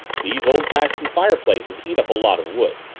these old-fashioned fireplaces eat up a lot of wood,